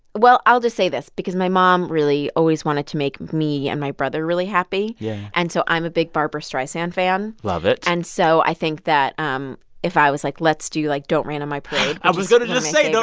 well, i'll just say this because my mom really always wanted to make me and my brother really happy. yeah and so i'm a big barbra streisand fan love it and so i think that um if i was, like, let's do, like, don't rain on my parade. i was going to just say. you know